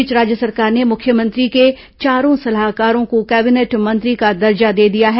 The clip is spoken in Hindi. इस बीच रोज्य सरकार ने मुख्यमंत्री के चारों सलाहकारों को कैबिनेट मंत्री का दर्जा दे दिया है